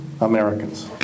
Americans